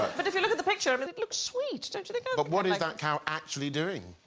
but if you look at the picture, i mean it looks sweet don't you think but what is that cow actually doing